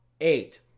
eight